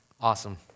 Awesome